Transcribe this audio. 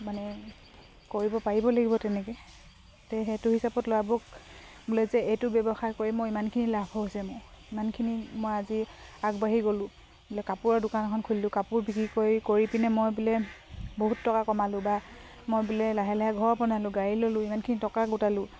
মানে কৰিব পাৰিব লাগিব তেনেকে তে সেইটো হিচাপত ল'ৰাবোৰক বোলে যে এইটো ব্যৱসায় কৰি মোৰ ইমানখিনি লাভ হৈছে মোৰ ইমানখিনি মই আজি আগবাঢ়ি গলো বোলে কাপোৰৰ দোকান এখন খুলিলোঁ কাপোৰ বিক্ৰী কৰি কৰি পিনে মই বোলে বহুত টকা কমালোঁ বা মই বোলে লাহে লাহে ঘৰ বনালোঁ গাড়ী ল'লোঁ ইমানখিনি টকা গোটালোঁ